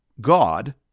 God